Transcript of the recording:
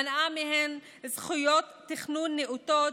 מנעה מהן זכויות תכנון נאותות,